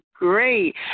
Great